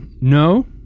no